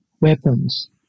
weapons